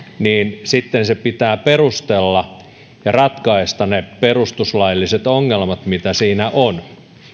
niin sitten se pitää perustella ja ratkaista ne perustuslailliset ongelmat mitä siinä on